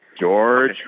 George